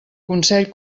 consell